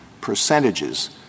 percentages